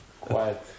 quiet